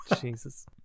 Jesus